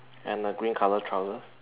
and a green color trousers